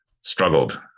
struggled